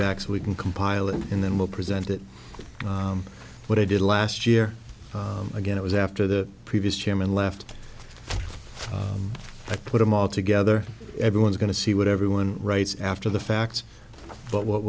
back so we can compile it and then we'll present it what i did last year again it was after the previous chairman left i put them all together everyone's going to see what everyone writes after the fact but what